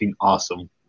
awesome